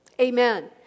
Amen